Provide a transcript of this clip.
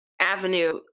avenue